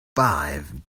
five